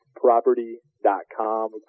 Property.com